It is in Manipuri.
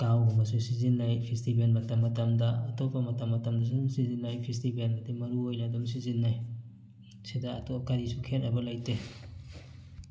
ꯀꯥꯎꯒꯨꯝꯕꯁꯨ ꯁꯤꯖꯤꯟꯅꯩ ꯐꯦꯁꯇꯤꯚꯦꯜ ꯃꯇꯝ ꯃꯇꯝꯗ ꯑꯇꯣꯞꯄ ꯃꯇꯝ ꯃꯇꯝꯗꯁꯨ ꯑꯗꯨꯝ ꯁꯤꯖꯤꯟꯅꯩ ꯐꯦꯁꯇꯤꯚꯦꯜꯗꯗꯤ ꯃꯔꯨꯑꯣꯏꯅ ꯑꯗꯨꯝ ꯁꯤꯖꯤꯟꯅꯩ ꯁꯤꯗ ꯀꯔꯤꯁꯨ ꯈꯦꯠꯅꯕ ꯂꯩꯇꯦ